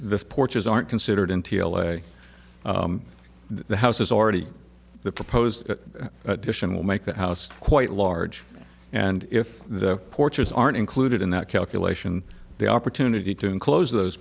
this porches aren't considered in t l a the houses already the proposed addition will make the house quite large and if the porch is aren't included in that calculation the opportunity to enclose those